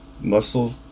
muscle